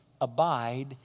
abide